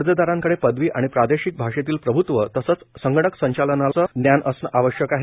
अर्जदाराकडे पदवी आणि प्रादेशिक भाषेतील प्रभूत्व तसेच संगणक संचालनाचे ज्ञान असणे आवश्यक आहे